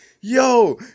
yo